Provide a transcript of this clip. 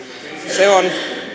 se on